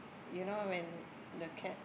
you know when the cat